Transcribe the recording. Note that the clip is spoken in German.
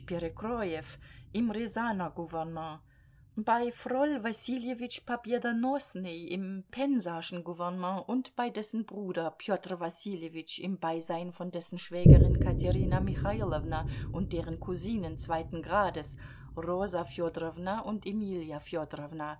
im rjasaner gouvernement bei frol wassiljewitsch pobjedonosnyj im pensaschen gouvernement und bei dessen bruder pjotr wassiljewitsch im beisein von dessen schwägerin katerina michailowna und deren cousinen zweiten grades rosa fjodorowna und emilia